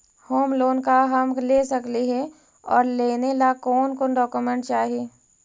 Home loan का हम ले सकली हे, और लेने ला कोन कोन डोकोमेंट चाही?